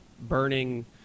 burning